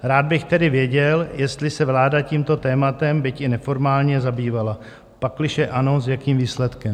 Rád bych tedy věděl, jestli se vláda tímto tématem byť i neformálně zabývala, pakliže ano, s jakým výsledkem.